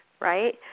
right